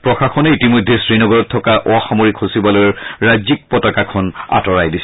প্ৰশাসনে ইতিমধ্যে শ্ৰীনগৰত থকা অসামৰিক সচিবালয়ৰ ৰাজ্যিক পতাকাখন আতৰাই দিছে